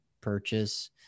purchase